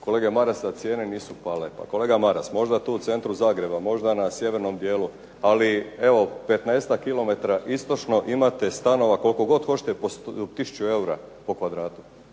kolege Marasa cijene nisu pale. Pa kolega Maras možda tu u centru Zagreba, možda na sjevernom dijelu, ali evo 15-ak kilometara istočno imate stanova koliko god hoćete po tisuću eura po kvadratu.